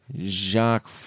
Jacques